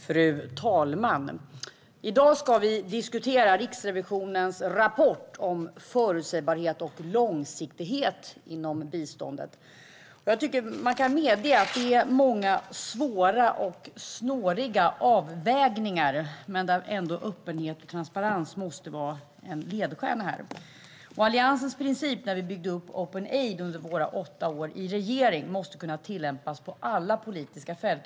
Fru ålderspresident! I dag ska vi diskutera Riksrevisionens rapport om förutsägbarhet och långsiktighet inom biståndet. Jag tycker att man kan medge att det finns många svåra och snåriga avvägningar, men öppenhet och transparens måste ändå vara en ledstjärna här. Alliansens princip när vi byggde upp openaid.se under våra åtta år i regeringsställning måste kunna tillämpas på alla politiska fält.